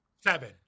Seven